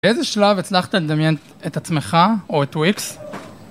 באיזה שלב הצלחת לדמיין את עצמך, או את וויקס?